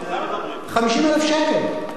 50,000 שקל.